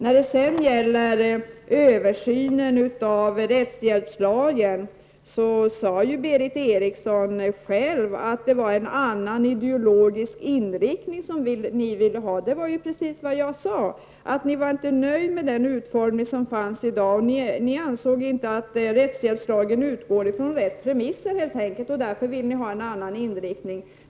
I fråga om översynen sade Berith Eriksson själv att man ville ha en annan ideologisk inriktning av rättshjälpslagen. Ni är, precis som jag sade, inte nöjda med nuvarande utformning av lagen och anser att den inte utgår från de rätta premisserna.